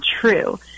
true